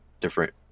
different